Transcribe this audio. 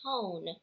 tone